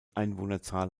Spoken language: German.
einwohnerzahl